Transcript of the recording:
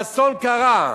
והאסון קרה.